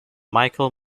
michael